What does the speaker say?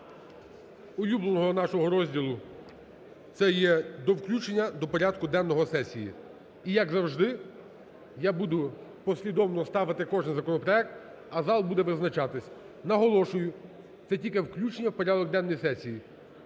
до улюбленого нашого розділу це є до включення до порядку денного сесії. І, як завжди, я буду послідовно ставити кожен законопроект, а зал буде визначатися. Наголошую, це тільки включення в порядок денний сесії.